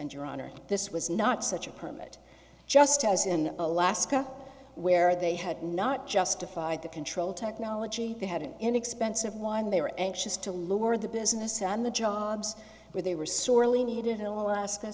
honor this was not such a permit just as in alaska where they had not justified the control technology they had an inexpensive one they were anxious to lower the business on the jobs where they were sorely needed in alaska